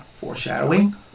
foreshadowing